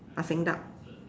Ah-Seng duck